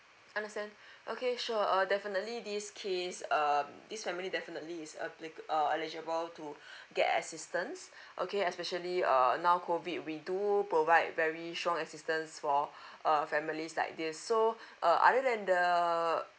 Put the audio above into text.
understand okay sure uh definitely this case um this family definitely is appli~ uh eligible to get assistance okay especially err now COVID we do provide very strong assistance for uh families like this so uh other than the